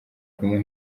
kumuha